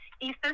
Eastern